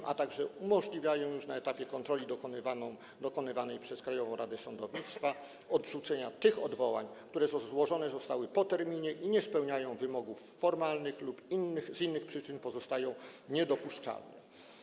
Zmiany te umożliwiają także już na etapie kontroli dokonywanej przez Krajową Radę Sądownictwa odrzucenie tych odwołań, które złożone zostały po terminie i nie spełniają wymogów formalnych lub z innych przyczyn pozostają niedopuszczalne.